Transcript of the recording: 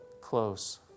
close